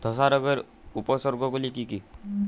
ধসা রোগের উপসর্গগুলি কি কি?